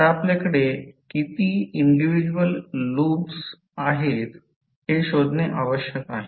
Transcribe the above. आता आपल्याकडे किती इंडिव्हिजवल लूप आहेत हे शोधणे आवश्यक आहे